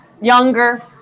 younger